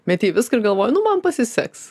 metei viską ir galvojai nu man pasiseks